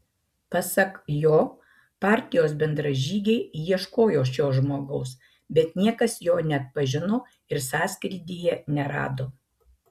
pasak jo partijos bendražygiai ieškojo šio žmogaus bet niekas jo neatpažino ir sąskrydyje nerado